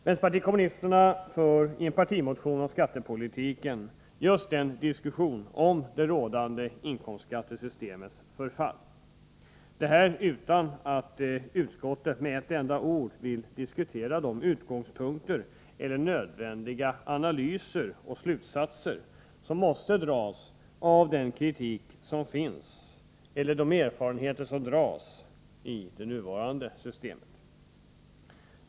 Vänsterpartiet kommunisterna för i en partimotion om skattepolitiken en diskussion om det rådande inkomstskattesystemets förfall, detta utan att utskottet med ett enda ord diskuterar vare sig utgångspunkterna för kritiken mot och erfarenheterna av det nuvarande systemet eller de analyser som måste göras och de slutsatser som måste dras på grund av denna kritik.